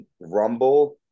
Rumble